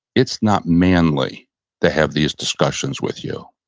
it's not manly to have these discussions with you.